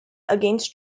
against